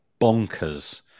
bonkers